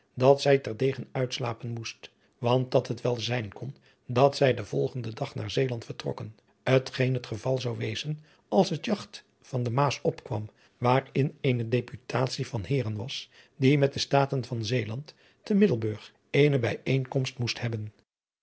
dat zij ter degen uitslapen moest want dat het wel zijn kon dat zij den volgenden dag naar zeeland vertrokken t geen het geval zou wezen als het jagt van de maas opkwam waarin eene deputatie van heeren was die met de statèn van zeeland te middelburg eene bijeenkomst moest hebben